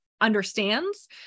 understands